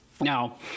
Now